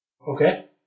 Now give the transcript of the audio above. Okay